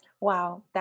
Wow